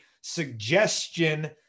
suggestion